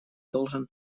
должен